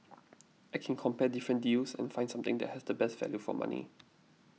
I can compare different deals and find something that has the best value for money